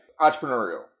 entrepreneurial